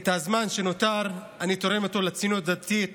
את הזמן שנותר אני תורם לציונות הדתית